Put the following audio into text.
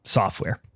software